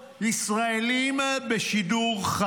ישראליים בשידור חי